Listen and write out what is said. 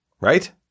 Right